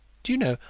do you know,